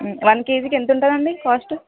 one కేజీకి ఎంత ఉంటుందండి కాస్ట్